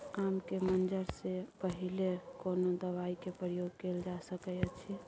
आम के मंजर से पहिले कोनो दवाई के प्रयोग कैल जा सकय अछि?